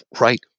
Right